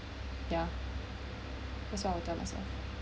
ya because I'll tell myself